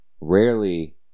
Rarely